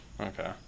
Okay